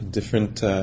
Different